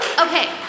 Okay